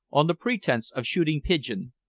on the pretense of shooting pigeon,